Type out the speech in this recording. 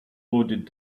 loaded